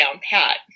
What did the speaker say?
pat